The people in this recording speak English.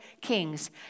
kings